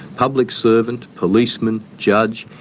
public servant, policeman, judge,